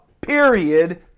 Period